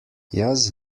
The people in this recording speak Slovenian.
jaz